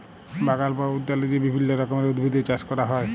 বাগাল বা উদ্যালে যে বিভিল্য রকমের উদ্ভিদের চাস ক্যরা হ্যয়